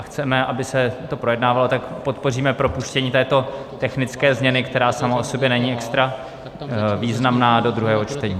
Chceme, aby se to projednávalo, a tak podpoříme propuštění této technické změny, která sama o sobě není extra významná, do druhého čtení.